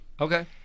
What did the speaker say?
Okay